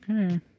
Okay